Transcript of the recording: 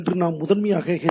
இன்று நாம் முதன்மையாக ஹெச்